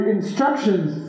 Instructions